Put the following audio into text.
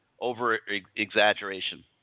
over-exaggeration